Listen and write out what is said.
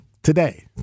Today